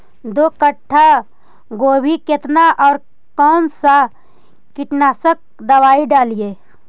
दो कट्ठा गोभी केतना और कौन सा कीटनाशक दवाई डालिए?